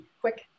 quick